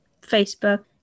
facebook